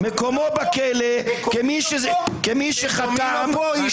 מקומו בכלא -- מקומי לא פה?